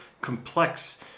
complex